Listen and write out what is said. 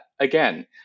again